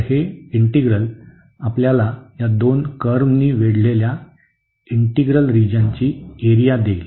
तर हे इंटीग्रल आपल्याला या दोन कर्व्हनी वेढलेल्या इंटिग्रल रिजनची एरिया देईल